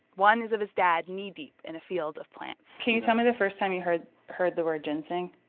one is of his dad knee-deep in a field of plants can you tell me the first time you heard heard the word ginseng?